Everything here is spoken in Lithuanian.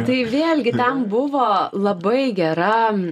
tai vėlgi ten buvo labai gera